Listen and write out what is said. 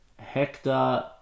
Hector